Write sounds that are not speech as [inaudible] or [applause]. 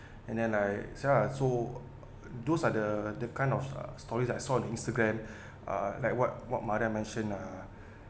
and then I ya so [noise] those are the the kind of uh stories I saw in instagram [breath] uh like what what maria mention uh